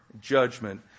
judgment